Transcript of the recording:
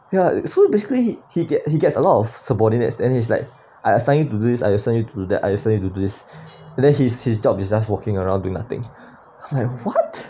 ya so basically he gets he gets a lot of subordinates then he's like I assign you to do this I assign you to do that I assign you to do this then his his job is just walking around doing nothing I'm like what